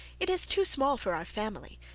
it is too small for our family,